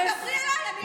תדברי עליי, אני אגיב.